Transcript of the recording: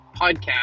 podcast